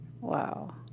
Wow